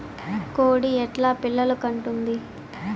కోడి ఎట్లా పిల్లలు కంటుంది?